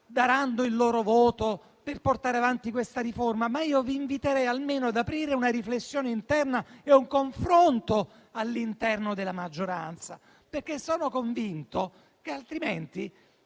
daranno il loro voto per portare avanti questa riforma, ma li inviterei almeno ad aprire una riflessione e un confronto all'interno della maggioranza stessa. Sono infatti convinto che altrimenti